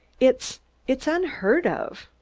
it's it's unheard of.